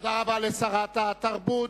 תודה רבה לשרת התרבות.